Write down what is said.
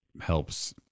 helps